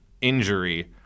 injury